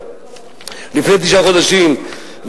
לפני תשעה חודשים,